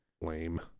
Lame